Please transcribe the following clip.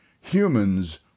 humans